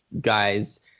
guys